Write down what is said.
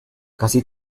casi